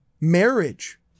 marriage